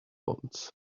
bonds